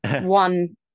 one